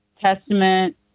Testament